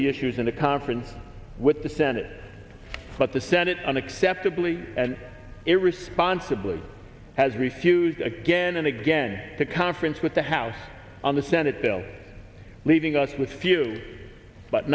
the issues in the conference with the senate but the senate unacceptably and it responsibly has refused again and again to conference with the house on the senate bill leaving us with few but